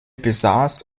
besass